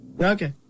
Okay